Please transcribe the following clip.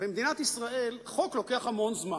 במדינת ישראל חוק לוקח המון זמן,